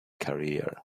career